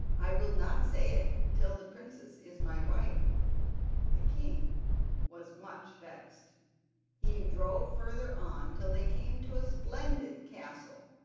i will not say it till the princess is my wife the king was much vexed he drove further on till they came to a splendid castle,